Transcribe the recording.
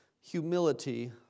humility